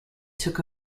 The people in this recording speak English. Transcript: took